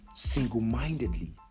single-mindedly